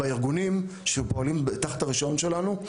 בארגונים שפועלים תחת הרישיון שלנו,